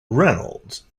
reynolds